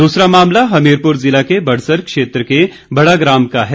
दूसरा मामला हमीरपुर जिला के बड़सर क्षेत्र के बड़ग्राम का है